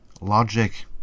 Logic